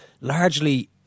largely